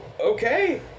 Okay